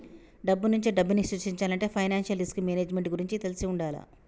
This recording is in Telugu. డబ్బునుంచే డబ్బుని సృష్టించాలంటే ఫైనాన్షియల్ రిస్క్ మేనేజ్మెంట్ గురించి తెలిసి వుండాల